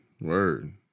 word